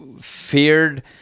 feared